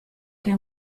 che